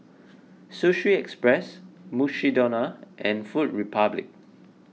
Sushi Express Mukshidonna and Food Republic